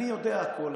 אני יודע הכול,